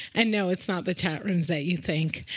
and no, it's not the chat rooms that you think.